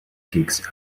gigs